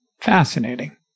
Fascinating